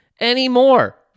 anymore